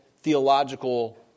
theological